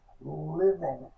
living